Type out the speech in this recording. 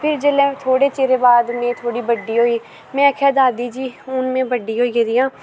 फिर जेल्लै थोह्ड़ै चिरै बाद में थोह्ड़ी बड्डी होई में आक्खेआ दादी जी हून में बड्डी होई गेदी आं